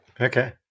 Okay